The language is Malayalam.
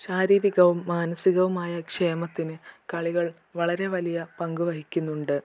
ശാരീരികവും മാനസികവുമായ ക്ഷേമത്തിന് കളികൾ വളരെ വലിയ പങ്ക് വഹിക്കുന്നുണ്ട്